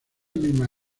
misma